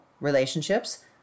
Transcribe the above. relationships